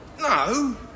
No